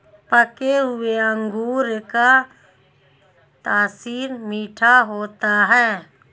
पके हुए अंगूर का तासीर मीठा होता है